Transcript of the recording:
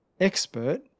expert